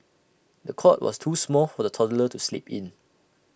the cot was too small for the toddler to sleep in